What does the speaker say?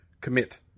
commit